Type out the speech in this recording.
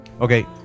Okay